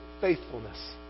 faithfulness